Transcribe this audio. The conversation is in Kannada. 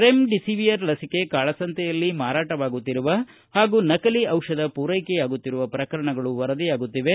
ರೆಮ್ಡಿಸಿವಿಯರ್ ಲಸಿಕೆ ಕಾಳ ಸಂತೆಯಲ್ಲಿ ಮಾರಾಟವಾಗುತ್ತಿರುವ ಹಾಗೂ ನಕಲಿ ದಿಷಧ ಪೂರೈಕೆಯಾಗುತ್ತಿರುವ ಪ್ರಕರಣಗಳು ವರದಿಯಾಗುತ್ತಿವೆ